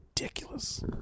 Ridiculous